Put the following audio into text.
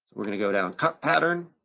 we're gonna go down cut pattern.